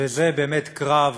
וזה באמת קרב